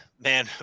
Man